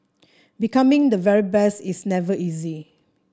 becoming the very best is never easy